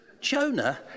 Jonah